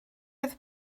oedd